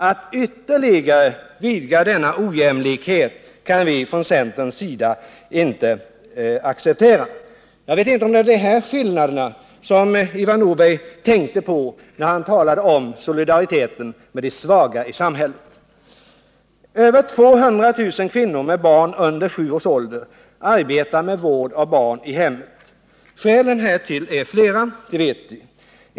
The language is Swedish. Att ytterligare vidga denna ojämlikhet är något som vi från centerns sida inte kan acceptera. Jag vet inte om det var de här skillnaderna som Ivar Nordberg tänkte på när han talade om solidariteten med de svaga i samhället. Över 200 000 kvinnor med barn under sju års ålder arbetar med vård av barn i hemmet. Skälen härtill är flera — det vet vi.